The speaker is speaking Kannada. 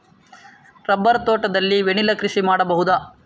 ರಬ್ಬರ್ ತೋಟದಲ್ಲಿ ವೆನಿಲ್ಲಾ ಕೃಷಿ ಮಾಡಬಹುದಾ?